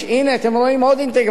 הנה, אתם רואים עוד אינטגרציה.